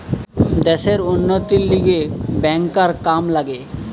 দ্যাশের উন্নতির লিগে ব্যাংকার কাম লাগে